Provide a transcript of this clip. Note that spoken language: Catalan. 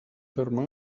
terme